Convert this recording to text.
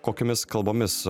kokiomis kalbomis